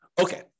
Okay